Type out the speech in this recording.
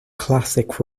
classic